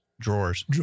drawers